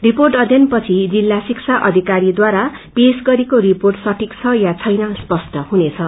report अध्ययनपछि नै जिल्ला शिक्षा अधिारीहरूद्वारा पेश गरिएको रिपोट सठीक छ यस छैन स्पष्ट हुनेछ